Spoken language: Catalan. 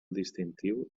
distintiu